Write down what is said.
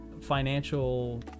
financial